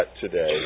today